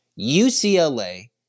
UCLA